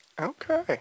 Okay